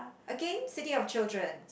again city of children